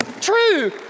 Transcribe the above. true